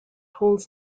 holds